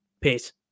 Peace